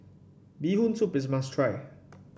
Bee Hoon Soup is must try